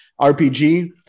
RPG